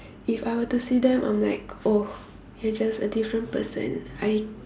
if I were to see them I'm like oh you're just a different person I